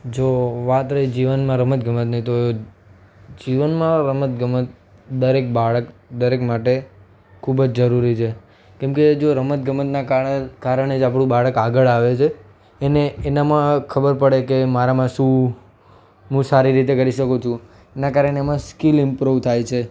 જો વાત રહી જીવનમાં રમત ગમતની તો જીવનમાં રમત ગમત દરેક બાળક દરેક માટે ખૂબ જ જરૂરી છે કેમકે જો રમત ગમતનાં કારણે જ આપણું બાળક આગળ આવે છે એને એનામાં ખબર પડે કે મારામાં શું હું સારી રીતે કરી શકું છું એનાં કારણે એમાં સ્કિલ ઇમ્પ્રુવ થાય છે